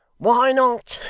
why not?